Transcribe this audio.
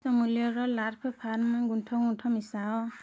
ଦୁଇଶହ ମୂଲ୍ୟର ଲାସ୍ପ ଫାର୍ମ ଗୁଣ୍ଠ ଗୁଣ୍ଠ ମିଶାଅ